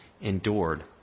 endured